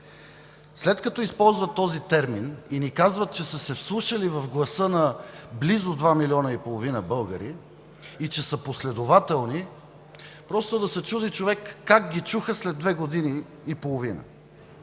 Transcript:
След като използват този термин, ни казват, че са се вслушали в гласа на близо два милиона и половина българи и са последователни! Просто да се чуди човек как ги чуха след две години и половина?!